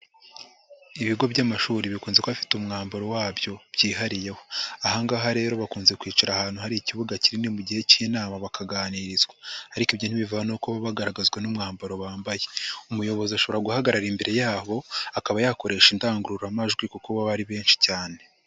Ibigo by'amashuri bikunze kuba bifite umwambaro wabyo byihariyeho, aha ngaha rero bakunze kwicara ahantu hari ikibuga kinini mu gihe cy'inama bakaganirizwa ariko ibyo ntibivana ko baba bagaragazwa n'umwambaro bambaye, umuyobozi ashobora guhagarara imbere yabo akaba yakoresha indangururamajwi kuko baba ari benshi cyane.